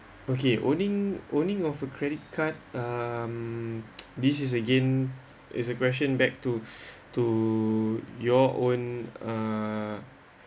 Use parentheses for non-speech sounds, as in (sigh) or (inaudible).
okay owning owning of a credit card um (noise) this is again is a question back to to your own uh um